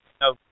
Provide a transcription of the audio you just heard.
No